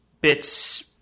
bits